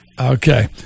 Okay